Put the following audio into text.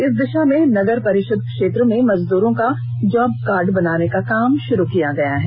इस दिशा में नगर परिषद क्षेत्र में मजदूरों का जॉब कार्ड बनाने का काम शुरू हो गया है